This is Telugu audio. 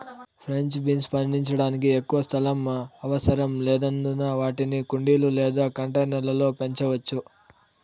ఫ్రెంచ్ బీన్స్ పండించడానికి ఎక్కువ స్థలం అవసరం లేనందున వాటిని కుండీలు లేదా కంటైనర్ల లో పెంచవచ్చు